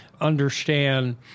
understand